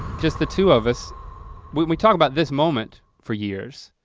just the two of us. when we talk about this moment for years,